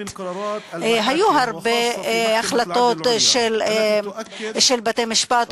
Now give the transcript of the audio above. היו הרבה החלטות של בתי-משפט,